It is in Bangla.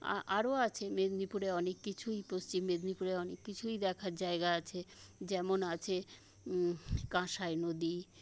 আরও আছে মেদিনীপুরে অনেক কিছুই পশ্চিম মেদনীপুরে অনেক কিছুই দেখার জায়গা আছে যেমন আছে কাঁসাই নদী